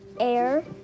air